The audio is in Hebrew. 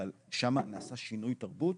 אבל שמה נעשה שינוי תרבות,